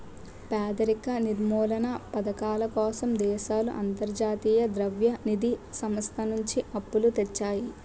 పేదరిక నిర్మూలనా పధకాల కోసం దేశాలు అంతర్జాతీయ ద్రవ్య నిధి సంస్థ నుంచి అప్పులు తెస్తాయి